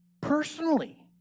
personally